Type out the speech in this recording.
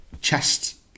chest